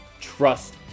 Trust